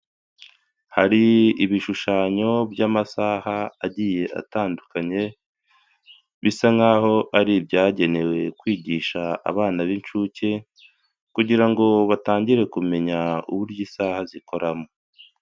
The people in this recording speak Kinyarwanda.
Hari ibishushanyo by'amasaha agiye atandukanye bisa nk'aho ari ibyagenewe kwigisha abana b'incuke kugira ngo batangire kumenya uburyo isaha zikoramo.